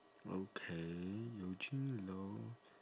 okay eugene loh